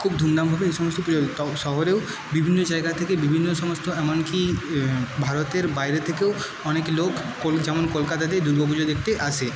খুব ধুমধামভাবে এই সমস্ত পুজো শহরেও বিভিন্ন জায়গা থেকে বিভিন্ন সমস্ত এমনকি ভারতের বাইরে থেকেও অনেক লোক কোল যেমন কলকাতাতে দুর্গাপুজো দেখতে আসে